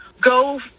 go